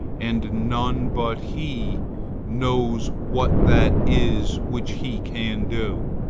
and none but he knows what that is which he can do,